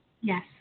Yes